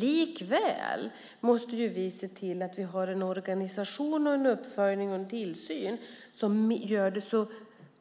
Likväl måste vi se till att ha en organisation, uppföljning och tillsyn som gör det så